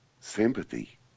sympathy